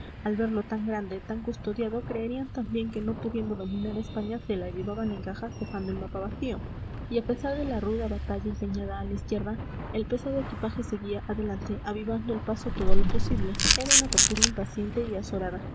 al verlo tan grande tan custodiado creerían también que no pudiendo dominar a españa se la llevaban en cajas dejando el mapa vacío y a pesar de la ruda batalla empeñada a la izquierda el pesado equipaje seguía adelante avivando el paso todo lo posible era una tortuga impaciente y azorada